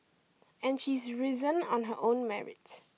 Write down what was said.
and she's risen on her own merit